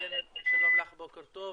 שלום לך, בוקר טוב.